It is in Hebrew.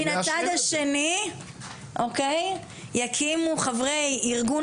מן הצד השני יקימו חברי ארגון